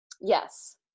Yes